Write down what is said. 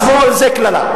בשמאל זה קללה.